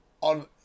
on